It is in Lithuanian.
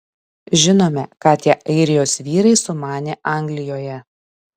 žinome ką tie airijos vyrai sumanė anglijoje